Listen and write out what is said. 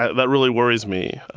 ah that really worries me.